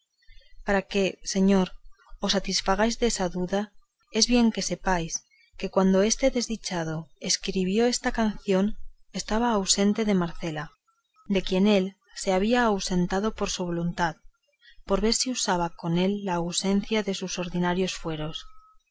para que señor os satisfagáis desa duda es bien que sepáis que cuando este desdichado escribió esta canción estaba ausente de marcela de quien él se había ausentado por su voluntad por ver si usaba con él la ausencia de sus ordinarios fueros